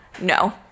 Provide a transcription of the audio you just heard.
no